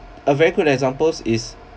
a very good examples is